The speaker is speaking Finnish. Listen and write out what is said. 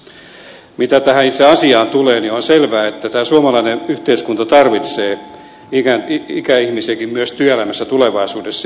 mitä tähän itse asiaan tulee niin on selvää että tämä suomalainen yhteiskunta tarvitsee ikäihmisiäkin myös työelämässä tulevaisuudessa